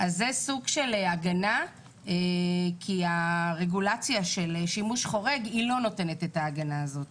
זה סוג של הגנה כי הרגולציה של שימוש חורג לא נותנת את ההגנה הזאת.